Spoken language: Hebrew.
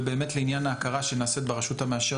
ובאמת לעניין ההכרה שנעשית ברשות המאשרת